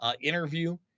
interview